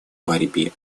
борьбе